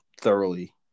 thoroughly